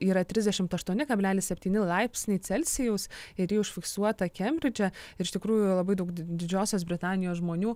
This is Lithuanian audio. yra trisdešimt aštuoni kablelis septyni laipsniai celsijaus ir ji užfiksuota kembridže ir iš tikrųjų labai daug di didžiosios britanijos žmonių